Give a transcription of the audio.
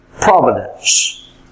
providence